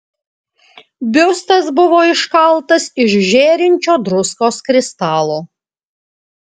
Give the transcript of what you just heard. biustas buvo iškaltas iš žėrinčio druskos kristalo